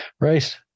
right